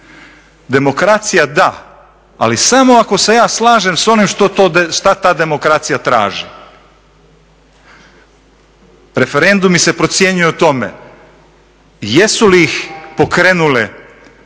demokracija da, ali samo ako se ja slažem s onim šta ta demokracija traži. Referendumi se procjenjuju o tome jesu li ih pokrenule